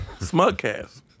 Smugcast